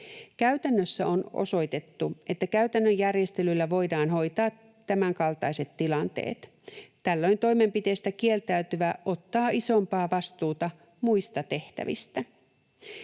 Käytännössä on osoitettu, että käytännön järjestelyillä voidaan hoitaa tämänkaltaiset tilanteet. Tällöin toimenpiteestä kieltäytyvä ottaa isompaa vastuuta muista tehtävistä.